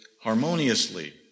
harmoniously